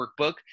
workbook